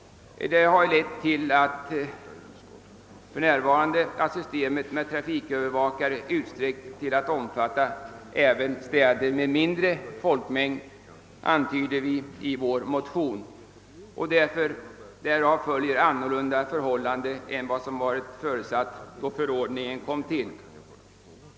Det har lett till att systemet med trafikövervakare utsträckts till att omfatta även städer med mindre folkmängd, antyder vi motionärer. Därav följer andra förhållanden än som förutsatts, då förordningen kom till.